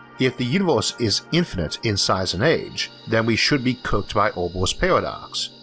if the universe is infinite in size and age, then we should be cooked by olber's paradox,